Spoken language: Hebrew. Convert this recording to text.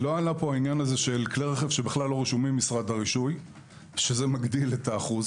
לא עלה פה כלי רכב שכלל לא רשומים במשרד הרישוי שזה מגדיל את האחוז